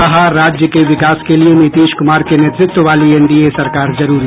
कहा राज्य के विकास के लिए नीतीश कुमार के नेतृत्व वाली एनडीए सरकार जरूरी